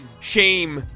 shame